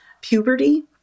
puberty